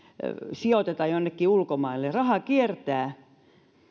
sijoiteta jonnekin ulkomaille raha kiertää